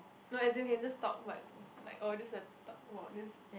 no as in you can just talk but like oh this is the talk about this